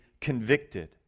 convicted